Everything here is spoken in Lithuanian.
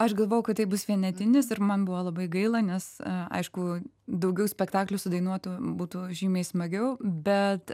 aš galvoju kad tai bus vienetinis ir man buvo labai gaila nes aišku daugiau spektaklių sudainuoti būtų žymiai smagiau bet